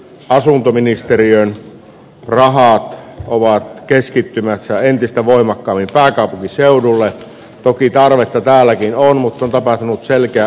asuntoministeriön rahaa tuovaa keskittymässä entistä voimakkaammin pääkaupunkiseudulle opitaan että täälläkin on mutta tapahtunut selkeä